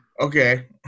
Okay